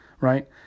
right